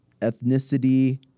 ethnicity